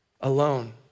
alone